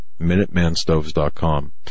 Minutemanstoves.com